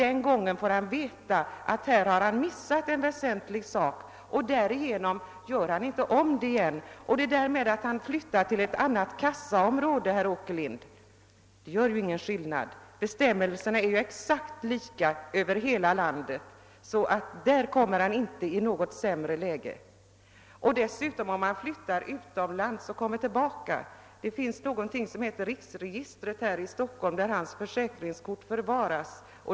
Det förhållandet att den försäkrade flyttar till ett annat kassaområde medför ingen skillnad, bestämmelserna är exakt lika över hela landet, så ingen kommer i ett sämre läge av det skälet. Om någon flyttar utomlands, förvaras hans försäkringskort i riksregistret i Stockholm.